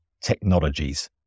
technologies